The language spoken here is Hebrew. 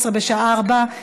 (הארכת